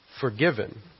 forgiven